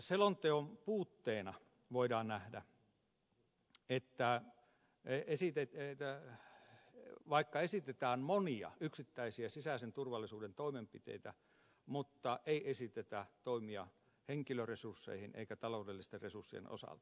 selonteon puutteena voidaan nähdä että vaikka esitetään monia yksittäisiä sisäisen turvallisuuden toimenpiteitä ei esitetä toimia henkilöresurssien eikä taloudellisten resurssien osalta